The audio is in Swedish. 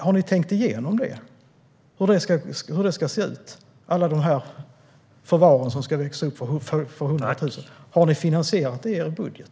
Har ni tänkt igenom hur alla förvaren för dessa 100 000 ska se ut? Har ni finansierat detta i er budget?